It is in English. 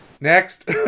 Next